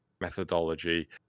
methodology